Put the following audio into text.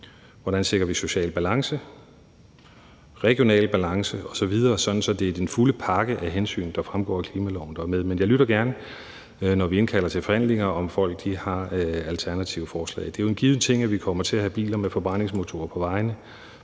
hvordan vi sikrer social balance, regional balance osv., sådan at det er den fulde pakke af hensyn, der fremgår af klimaloven, der er med. Men jeg lytter gerne til, når vi indkalder til forhandlinger, om folk har alternative forslag. Det er jo en given ting, at vi kommer til at have biler med forbrændingsmotorer på vejene